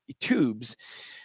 tubes